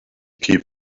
keep